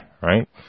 right